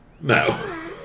no